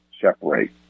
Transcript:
separate